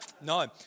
no